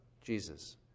Jesus